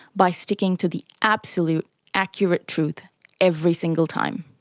by sticking to the absolute accurate truth every single time.